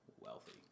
wealthy